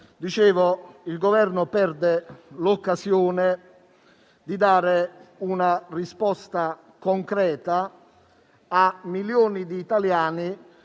Il Governo perde l'occasione di dare una risposta concreta a milioni di italiani,